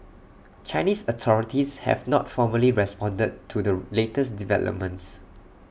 Chinese authorities have not formally responded to the latest developments